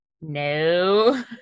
No